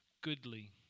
Goodly